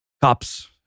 Cops